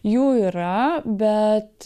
jų yra bet